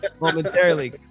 momentarily